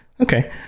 okay